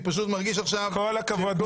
אני פשוט מרגיש עכשיו --- כל הכבוד,